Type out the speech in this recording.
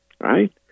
right